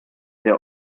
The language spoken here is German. der